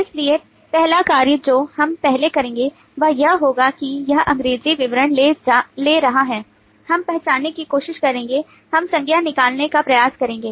इसलिए पहला कार्य जो हम पहले करेंगे वह यह होगा कि यह अंग्रेजी विवरण ले रहा है हम पहचानने की कोशिश करेंगे हम संज्ञा निकालने का प्रयास करेंगे